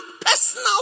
personal